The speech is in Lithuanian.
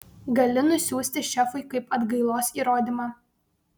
gali nusiųsti šefui kaip atgailos įrodymą